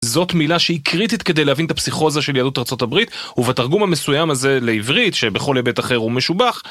זאת מילה שהיא קריטית כדי להבין את הפסיכוזה של יהדות ארה״ב ובתרגום המסוים הזה לעברית שבכל היבט אחר הוא משובח